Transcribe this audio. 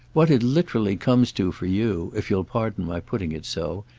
what it literally comes to for you, if you'll pardon my putting it so,